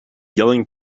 yelling